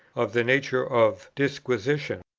of the nature of disquisitions,